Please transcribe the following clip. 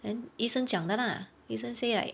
then 医生讲的 lah 医生 say like